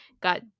got